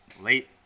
late